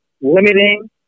limiting